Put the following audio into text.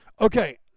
Okay